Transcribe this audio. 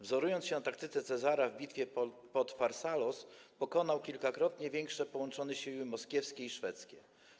Wzorując się na taktyce Cezara w bitwie pod Farsalos, pokonał kilkakrotnie większe połączone siły moskiewskie i szwedzkie.